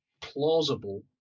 plausible